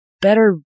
better